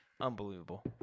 Unbelievable